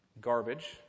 garbage